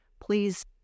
Please